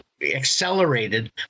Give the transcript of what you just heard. accelerated